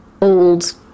old